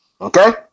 Okay